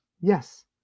Yes